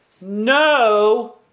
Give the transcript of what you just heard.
no